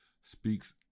speaks